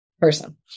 person